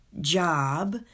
job